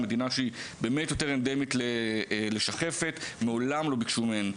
מדינה שהיא באמת יותר אנדמית לשחפת ומעולם לא ביקשו מהן,